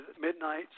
Midnight